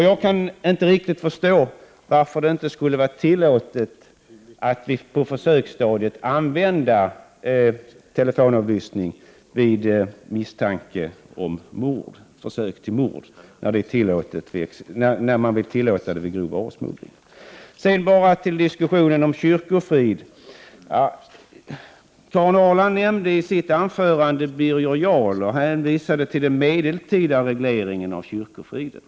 Jag kan inte riktigt förstå varför det inte skulle vara tillåtet att på försöksstadiet använda telefonavlyssning vid misstanke om försök till mord. Detta vill ni ju tillåta vid grov varusmuggling. Så något beträffande diskussionen om kyrkofriden. Karin Ahrland nämnde i sitt anförande Birger Jarl och hänvisade till den medeltida regleringen av kyrkofriden.